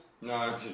No